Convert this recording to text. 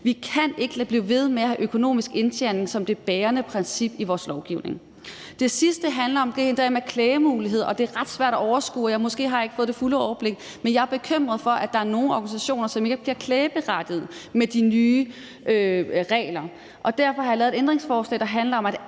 Vi kan ikke blive ved med at have økonomisk indtjening som det bærende princip i vores lovgivning. Det sidste handler om det med en klagemulighed, og det er ret svært at overskue, og måske har jeg ikke fået det fulde overblik. Men jeg er bekymret for, at der er nogle organisationer, som ikke bliver klageberettigede med de nye regler, og derfor har jeg lavet et ændringsforslag, der handler om, at